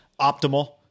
optimal